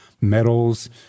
medals